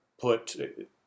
put